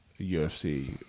ufc